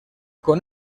con